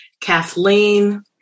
Kathleen